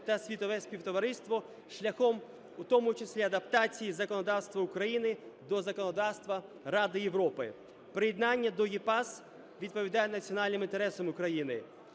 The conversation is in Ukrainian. та світове співтовариство, шляхом в тому числі адаптації законодавства України до законодавства Ради Європи. Приєднання до EPAS відповідає національним інтересам України.